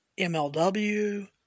MLW